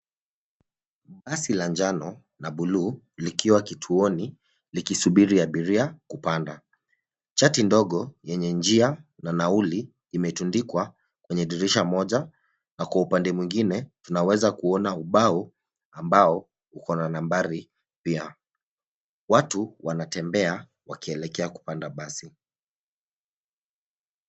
Basi la njano na buluu, likiwa kituoni likisubiri abiria kupanda. Chati ndogo yenye njia na nauli imetundikwa kwenye dirisha moja, na kwa upande mwingine tunaweza kuona ubao ambao uko na nambari pia. Watu wanatembea wakielekea kupanda basi.